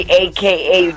aka